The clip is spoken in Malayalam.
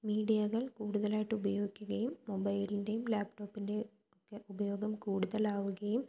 മീഡിയകള് കൂടുതലായിട്ട് ഉപയോഗിക്കുകയും മൊബൈലിന്റെയും ലാപ്ടോപ്പിന്റെയും ഒക്കെ ഉപയോഗം കൂടുതലാവുകയും